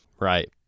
right